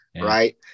Right